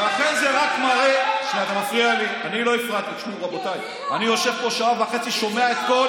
אני אשמח מאוד אם גם תשמע כמה משפטים לגבי מה שאמרת.